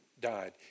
died